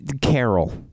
Carol